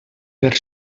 per